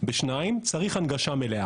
צריך הנגשה מלאה,